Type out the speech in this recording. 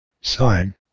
Sign